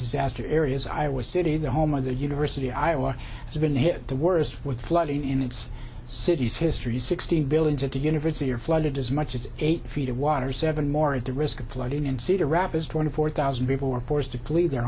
disaster areas i was sitting in the home of the university of iowa has been hit the worst with flooding in its city's history sixteen billion city university are flooded as much as eight feet of water seven more of the risk of flooding in cedar rapids twenty four thousand people were forced to leave their